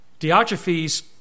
Diotrephes